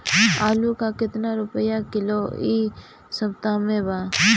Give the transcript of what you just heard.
आलू का कितना रुपया किलो इह सपतह में बा?